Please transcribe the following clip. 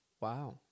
Wow